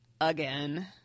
again